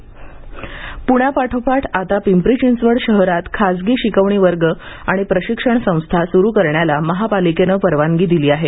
खाजगी शिकवणी प्ण्यापाठोपाठ आता पिंपरी चिंचवड शहरात खाजगी शिकवणी वर्ग आणि प्रशिक्षण संस्था सुरू करण्याला महापालिकेनं परवानगी दिली आहे